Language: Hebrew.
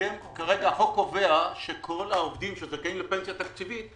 החוק קובע שכל העובדים שזכאים לפנסיה תקציבית,